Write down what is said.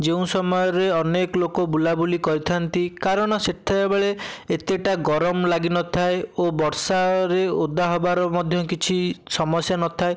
June ସମୟରେ ଅନେକ ଲୋକ ବୁଲା ବୁଲି କରିଥାନ୍ତି କାରଣ ସେତେବେଳେ ଏତେଟା ଗରମ ଲାଗିନଥାଏ ଓ ବର୍ଷାରେ ଓଦା ହେବାର ମଧ୍ୟ କିଛି ସମସ୍ୟା ନଥାଏ